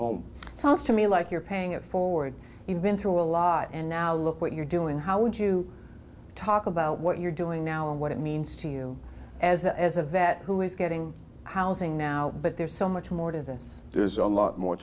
home sounds to me like you're paying it forward even to a lot and now look what you're doing how would you talk about what you're dealing now and what it means to you as a as a vet who is getting housing now but there's so much more to this there's a lot more